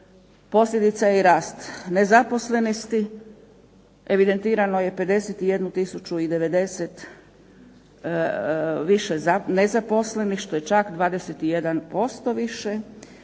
Posljedica i rast nezaposlenosti evidentirano je 51 tisuću i 90 više nezaposlenih što je čak 21% više.